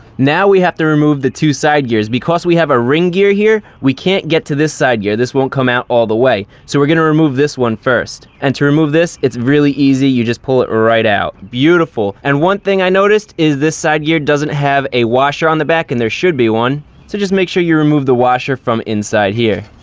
now we have to remove the two side gears. because we have a ring gear here, we can't get to this side here. this won't come out all the way. so we're going to remove this one first. and to remove this, it's really easy, you just pull it right out. beautiful. and once thing i noticed is this side gear doesn't have a washer on the back and there should be one. so just make sure you remove the washer from inside here.